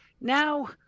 now